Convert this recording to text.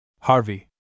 Harvey